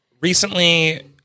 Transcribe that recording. recently